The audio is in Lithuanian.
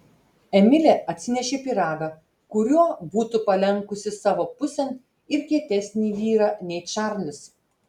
emilė atsinešė pyragą kuriuo būtų palenkusi savo pusėn ir kietesnį vyrą nei čarlis